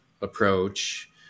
approach